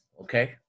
Okay